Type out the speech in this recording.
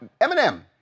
Eminem